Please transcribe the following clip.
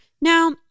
Now